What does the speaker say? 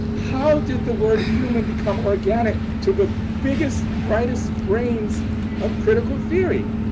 how did the word human become organic to the biggest, brightest brains of critical theory?